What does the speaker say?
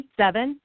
seven